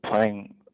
playing